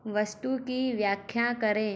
वस्तु की व्याख्या करें